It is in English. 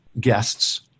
guests